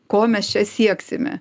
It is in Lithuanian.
ko mes čia sieksime